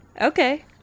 Okay